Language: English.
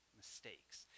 mistakes